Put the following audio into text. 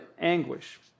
anguish